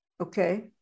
Okay